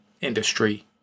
industry